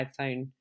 iPhone